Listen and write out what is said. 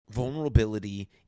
Vulnerability